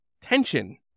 tension